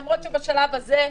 למרות שבשלב הזה,